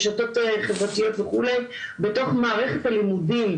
רשתות חברתיות וכולי בתוך מערכת הלימודים,